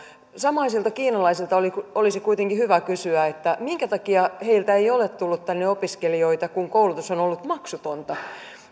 samaisilta kiinalaisilta olisi kuitenkin hyvä kysyä minkä takia heiltä ei ole tullut tänne opiskelijoita kun koulutus on ollut maksutonta